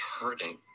hurting